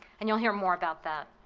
and you'll hear more about that.